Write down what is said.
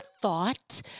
thought